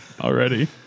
already